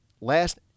last